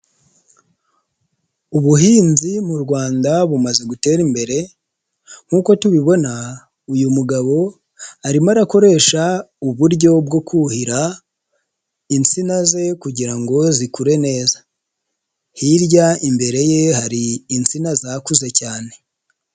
Ubuhinzi mu Rwanda bumaze gutera imbere, nkuko tubibona uyu mugabo, arimo arakoresha uburyo bwo kuhira insina ze kugira ngo zikure neza, hirya imbere ye hari insina zakuze cyane.